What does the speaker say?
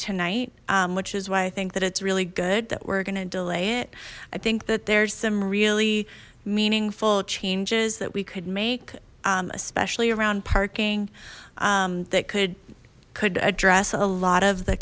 tonight which is why i think that it's really good that we're gonna delay it i think that there's some really meaningful changes that we could make especially around parking that could could address a lot of the